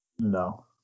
No